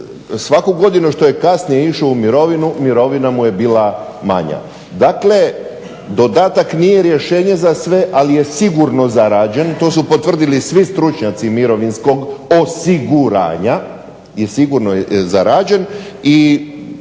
svaku godinu što je kasnije išao u mirovinu mirovina mu je bila manja. Dakle dodatak nije rješenje za sve, ali je sigurno zarađen, to su potvrdili svi stručnjaci mirovinskog osiguranja, je sigurno zarađen, i